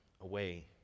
away